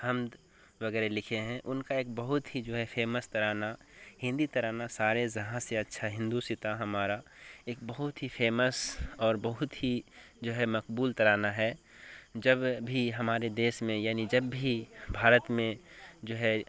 حمد وغیرہ لکھے ہیں ان کا ایک بہت ہی جو ہے فیمس ترانہ ہندی ترانہ سارے جہاں سے اچھا ہندوستاں ہمارا ایک بہت ہی فیمس اور بہت ہی جو ہے مقبول ترانہ ہے جب بھی ہمارے دیش میں یعنی جب بھی بھارت میں جو ہے